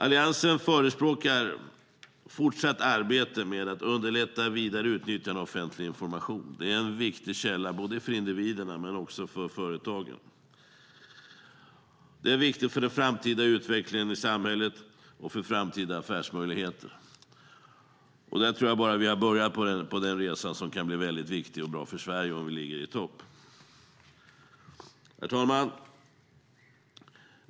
Alliansen förespråkar fortsatt arbete med att underlätta vidare utnyttjande av offentlig information. Det är en viktig källa både för individerna och för företagen. Det är viktigt för den framtida utvecklingen i samhället och för framtida affärsmöjligheter. Där tror jag att vi bara har börjat på den resa som kan bli väldigt viktig och bra för Sverige om vi ligger i topp. Herr talman!